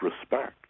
respect